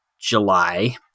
July